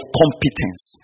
competence